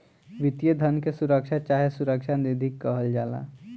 वित्तीय धन के सुरक्षा चाहे सुरक्षा निधि कहल जाला